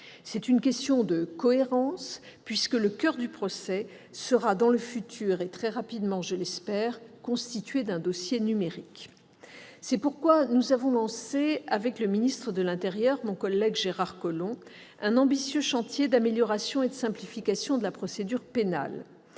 C'est une question de cohérence, puisque le coeur du procès sera, dans un futur proche, je l'espère, constitué d'un dossier numérique. C'est pourquoi nous avons lancé, avec le ministre de l'intérieur, mon collègue Gérard Collomb, un ambitieux chantier d'amélioration et de simplification de la procédure pénale.